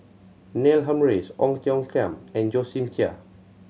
Neil Humphreys Ong Tiong Khiam and Josephine Chia